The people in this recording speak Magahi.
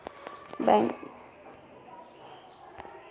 बैंकत ग्राहक चेक बुकेर तने आवेदन लिखित रूपत दिवा सकछे